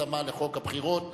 התאמה לחוק הבחירות לכנסת),